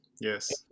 Yes